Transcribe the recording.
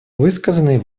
высказанные